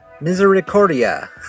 misericordia